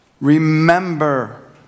remember